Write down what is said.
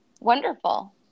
Wonderful